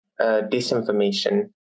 disinformation